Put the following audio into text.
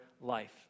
life